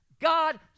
God